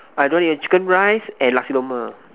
I don't eat chicken rice and Nasi-Lemak